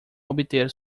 obter